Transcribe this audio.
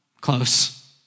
close